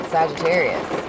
Sagittarius